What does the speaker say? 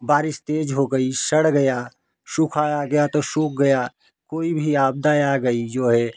बारिश तेज हो गई सड़ गया सूखा आ गया तो सूख गया कोई भी आपदा आ गई जो है